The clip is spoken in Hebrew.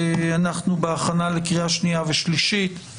הכנה לקריאה שנייה ושלישית.